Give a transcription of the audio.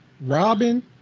Robin